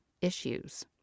issues